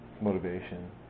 Motivation